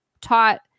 taught